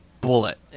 bullet